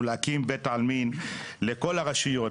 הוא להקים בית עלמין לכל הרשויות,